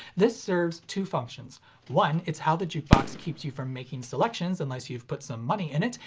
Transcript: this serves two functions one, it's how the jukebox keeps you from making selections unless you've put some money in it,